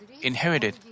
inherited